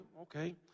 okay